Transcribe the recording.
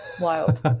wild